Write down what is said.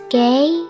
gay